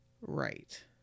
right